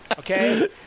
Okay